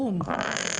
הקורונה.